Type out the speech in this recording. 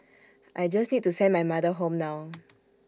I just need to send my mother home now